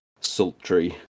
sultry